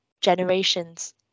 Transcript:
generations